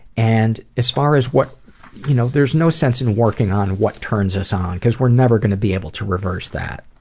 and as far as, you know there is no sense in working on what turns us on because we're never going to be able to reverse that.